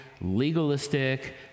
legalistic